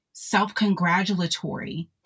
self-congratulatory